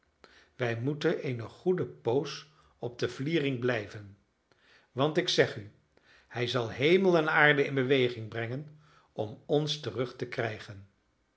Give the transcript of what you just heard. wij moeten eene goede poos op de vliering blijven want ik zeg u hij zal hemel en aarde in beweging brengen om ons terug te krijgen